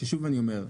שוב אני אומר,